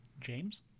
James